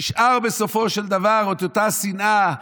נשארה בסופו של דבר אותה השנאה.